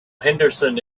henderson